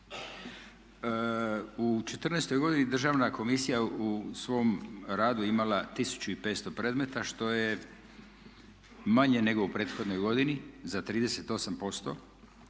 godini Državna komisija je u svom radu imala 1500 predmeta što je manje nego u prethodnoj godini za 38%.